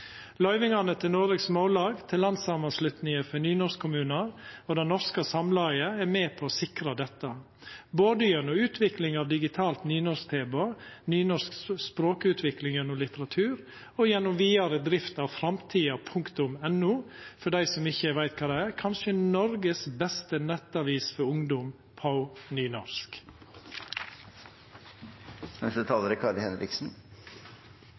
Løyvingane til Noregs Mållag, til Landssamanslutninga av nynorskkommunar og til Det Norske Samlaget er med på å sikra dette, både ved utviklinga av digitalt nynorsktilbod, ved nynorsk språkutvikling gjennom litteratur og ved vidare drift av framtida.no – for dei som ikkje veit kva det er: kanskje Noregs beste nettavis for ungdom på nynorsk. Kultur og frivillighet er